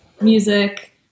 music